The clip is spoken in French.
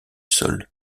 sol